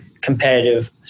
competitive